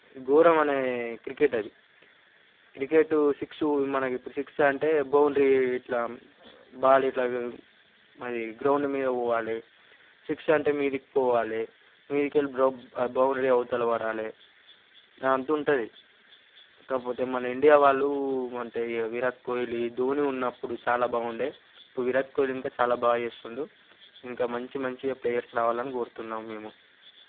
ఘోరమైన క్రికెట్ అది cricket six మనకిప్పుడు సిక్స్ అంటే బౌండరీ ఇలా బాల్ ఇలాగా అది గ్రౌండ్ మీద పోవాలి సిక్స్ అంటే మీదికి పోవాలి మీదికి వెళ్ళి బాల్ బౌండరీ అవతల పడాలి అంత ఉంటుంది కాకపోతే మన ఇండియా వాళ్ళు అంటే ఇంకా విరాట్ కోహ్లీ ధోని ఉన్నప్పుడు చాలా బాగుండేది ఇప్పుడు విరాట్ కోహ్లీ ఇంకా చాలా బాగా చేస్తున్నాడు ఇంకా మంచి మంచి ప్లేయర్స్ రావాలని కోరుతున్నాము మేము